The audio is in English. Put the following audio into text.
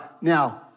Now